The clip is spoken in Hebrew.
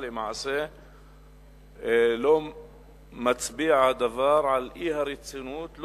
למעשה לא מצביע הדבר על האי-רצינות,